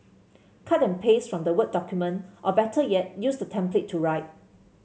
cut and paste from the word document or better yet use the template to write